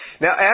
Now